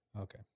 Okay